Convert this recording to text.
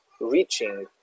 reaching